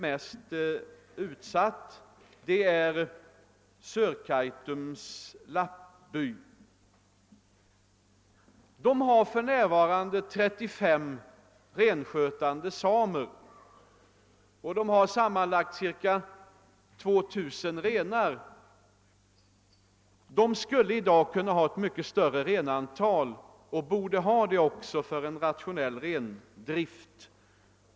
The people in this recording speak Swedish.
Mest utsatt är Sörkaitums lappby. Den har för närvarande 35 renskötande samer. Dessa har sammanlagt ca 2 000 renar. De skulle i dag kunna ha ett myc ket större antal och borde också ha det för att få en rationell rendrift.